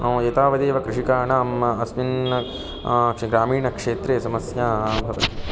एतावदेव कृषकाणां अस्मिन् च ग्रामीणक्षेत्रे समस्या भवति